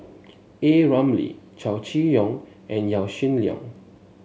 A Ramli Chow Chee Yong and Yaw Shin Leong